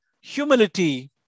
humility